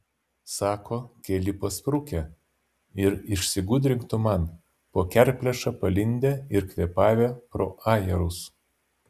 sako keli pasprukę ir išsigudrink tu man po kerplėša palindę ir kvėpavę pro ajerus